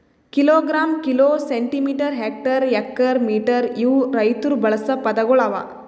kilogram, kilo, centimetre, hectare, acre, metre ಇವು ರೈತುರ್ ಬಳಸ ಪದಗೊಳ್ ಅವಾ